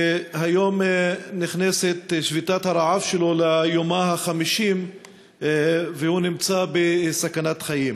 שהיום נכנסת שביתת הרעב שלו ליומה ה-50 והוא נמצא בסכנת חיים.